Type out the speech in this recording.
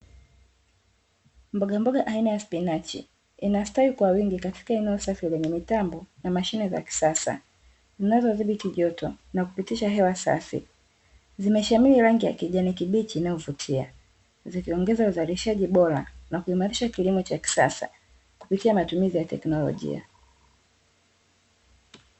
Mbogamboga aina ya spinachi, inastawi kwa wingi katika eneo safi lenye mitambo na mashine za kisasa, zinazodhibiti joto na kupitisha hewa safi. Zimeshamiri rangi ya kijani kibichi inayovutia, zikiongeza uzalishaji bora na kuimarisha kilimo cha kisasa, kupitia matumizi ya teknolojia.